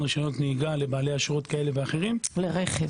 רשיונות נהיגה לבעלי אשרות כאלה ואלרים - לרכב,